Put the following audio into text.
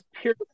pure